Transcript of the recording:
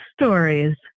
stories